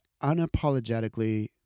unapologetically